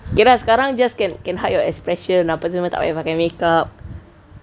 okay lah sekarang just can can hide your expression tak payah pakai makeup kan